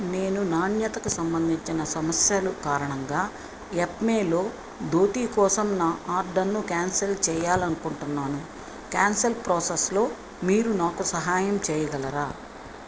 నేను నాణ్యతకు సంబంధించిన సమస్యలు కారణంగా యెప్మేలో ధోతి కోసం నా ఆర్డర్ను కాన్సల్ చేయాలి అనుకుంటున్నాను కాన్సల్ ప్రోసెస్లో మీరు నాకు సహాయం చేయగలరా